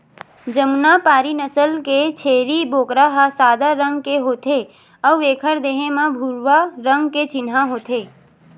जमुनापारी नसल के छेरी बोकरा ह सादा रंग के होथे अउ एखर देहे म भूरवा रंग के चिन्हा होथे